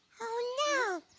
oh no,